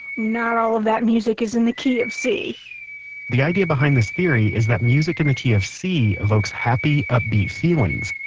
not all of that music is in the key of c the idea behind this theory is that music in the key of c evokes happy, upbeat feelings.